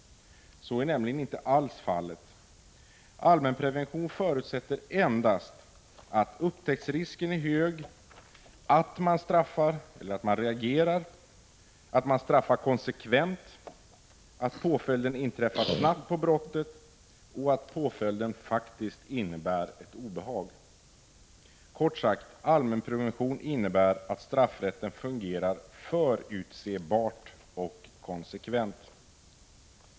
Så är inte alls fallet. Allmänprevention förutsätter endast att upptäcktsrisken är hög, att man reagerar, att man straffar konsekvent, att påföljden inträffar kort tid efter brottet och att påföljden faktiskt innebär ett obehag. Kort sagt: Allmänprevention innebär att straffrätten fungerar förutsebart och konsekvent.